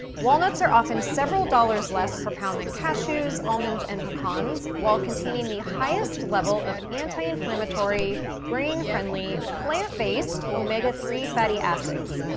walnuts are often several dollars less per pound than cashews, almonds, and pecans, while containing the highest level of anti-inflammatory, brain-friendly, plant-based omega three fatty acids.